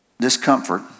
discomfort